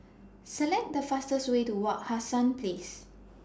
Select The fastest Way to Wak Hassan Place